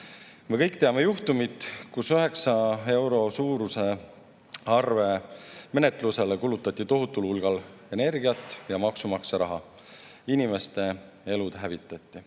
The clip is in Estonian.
Me kõik teame juhtumit, kus 9 euro suuruse arvega [seotud] menetlusele kulutati tohutul hulgal energiat ja maksumaksja raha, inimeste elud hävitati.